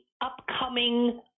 upcoming